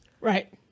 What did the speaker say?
Right